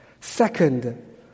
Second